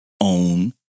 own